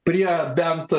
prie bent